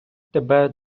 тебе